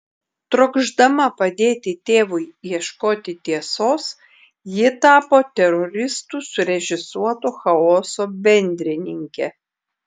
trokšdama padėti tėvui ieškoti tiesos ji tapo teroristų surežisuoto chaoso bendrininke